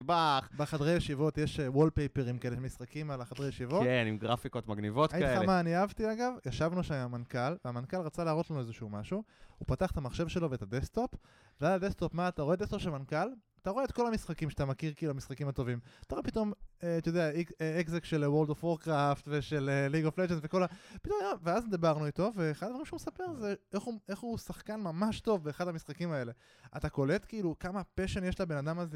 בחדרי הישיבות יש wallpapers עם כאלה משחקים על החדרי הישיבות כן עם גרפיקות מגניבות כאלה הייתה לך מה אני אהבתי אגב? ישבנו שם עם המנכ״ל והמנכ״ל רצה להראות לנו איזשהו משהו הוא פתח את המחשב שלו ואת הדסטופ ועל הדסטופ מה? אתה רואה את הדסטופ של המנכ״ל? אתה רואה את כל המשחקים שאתה מכיר כאילו המשחקים הטובים אתה רואה פתאום את ה-EXE של World of Warcraft ושל League of Legends וכל ה... ואז דיברנו איתו ואחד הדברים שהוא ספר זה איך הוא שחקן ממש טוב באחד המשחקים האלה אתה קולט כאילו כמה passion יש לבן אדם הזה?